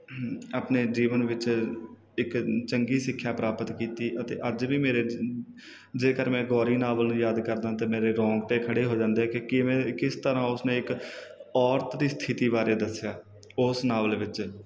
ਆਪਣੇ ਜੀਵਨ ਵਿੱਚ ਇੱਕ ਚੰਗੀ ਸਿੱਖਿਆ ਪ੍ਰਾਪਤ ਕੀਤੀ ਅਤੇ ਅੱਜ ਵੀ ਮੇਰੇ ਜ ਜੇਕਰ ਮੈਂ ਗੌਰੀ ਨਾਵਲ ਨੂੰ ਯਾਦ ਕਰਦਾ ਤਾਂ ਮੇਰੇ ਰੋਂਗਟੇ ਖੜੇ ਹੋ ਜਾਂਦੇ ਕਿ ਕਿਵੇਂ ਕਿਸ ਤਰ੍ਹਾਂ ਉਸਨੇ ਇੱਕ ਔਰਤ ਦੀ ਸਥਿੱਤੀ ਬਾਰੇ ਦੱਸਿਆ ਉਸ ਨਾਵਲ ਵਿੱਚ